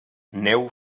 neu